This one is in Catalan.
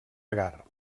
agar